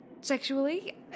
sexually